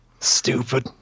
Stupid